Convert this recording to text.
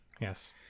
Yes